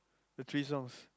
the three songs